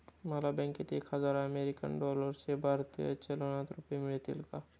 मला बँकेत एक हजार अमेरीकन डॉलर्सचे भारतीय चलनात रुपये मिळतील का?